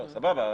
סבבה,